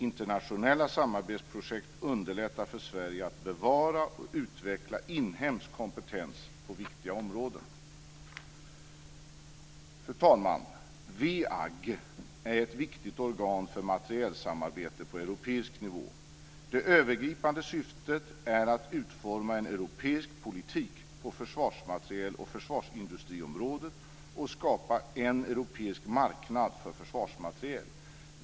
Internationella samarbetsprojekt underlättar för Sverige att bevara och utveckla inhemsk kompetens på viktiga områden. Fru talman! WEAG är ett viktigt organ för materielsamarbete på europeisk nivå. Det övergripande syftet är att utforma en europeisk politik på försvarsmateriel och försvarsindustriområdet och skapa en europeisk marknad för försvarsmateriel.